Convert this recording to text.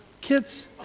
kids